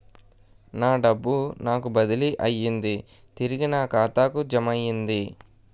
నా డబ్బు నాకు బదిలీ అయ్యింది తిరిగి నా ఖాతాకు జమయ్యింది